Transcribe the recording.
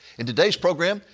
in today's program,